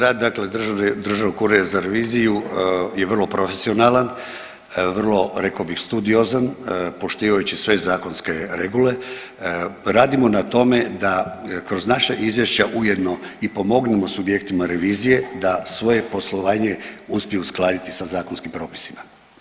Rad dakle Državnog ureda za reviziju je vrlo profesionalan, vrlo, rekao bih, studiozan poštivajući sve zakonske regule, radimo na tome da kroz naša izvješća ujedno i pomognemo subjektima revizije da svoje poslovanje uspiju uskladiti sa zakonskim propisima.